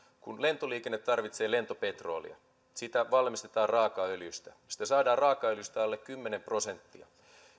kun lentoliikenne tarvitsee lentopetrolia sitä valmistetaan raakaöljystä sitä saadaan raakaöljystä alle kymmenen prosenttia